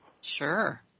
Sure